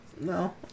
No